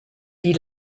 die